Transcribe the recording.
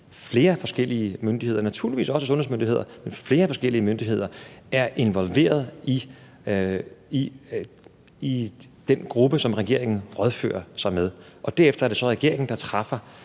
Flere forskellige myndigheder, naturligvis også sundhedsmyndigheder, er involveret i den gruppe, som regeringen rådfører sig med. Derefter er det så regeringen, der træffer